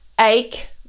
ache